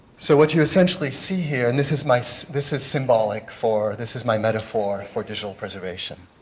so what you essentially see here and this is my, so this is symbolic for, this is my metaphor for digital preservation.